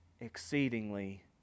exceedingly